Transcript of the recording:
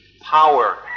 power